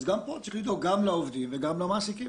אז גם פה צריך לדאוג גם לעובדים וגם למעסיקים.